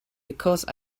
because